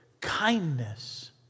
kindness